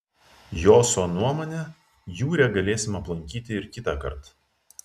joso nuomone jūrę galėsim aplankyti ir kitąkart